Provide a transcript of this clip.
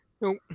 Nope